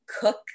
cook